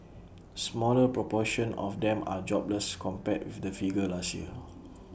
smaller proportion of them are jobless compared with the figure last year